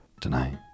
tonight